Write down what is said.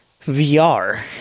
VR